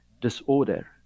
disorder